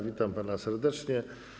Witam pana serdecznie.